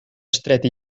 estret